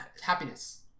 happiness